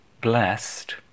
blessed